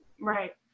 right